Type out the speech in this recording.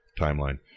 timeline